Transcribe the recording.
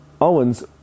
Owens